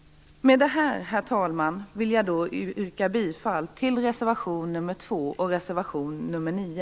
Med det här, herr talman, vill jag yrka bifall till reservationerna 2 och 9.